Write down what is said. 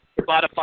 Spotify